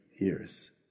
years